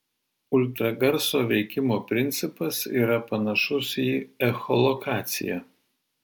ultragarso veikimo principas yra panašus į echolokaciją